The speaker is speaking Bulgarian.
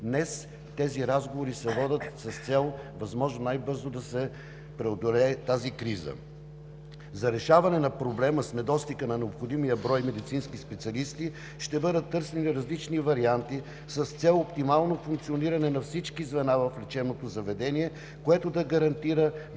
Днес тези разговори се водят с цел възможно най-бързо да се преодолее тази криза. За решаване на проблема с недостига на необходимия брой медицински специалисти ще бъдат търсени различни варианти с цел оптимално функциониране на всички звена в лечебното заведение, което да гарантира